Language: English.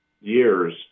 years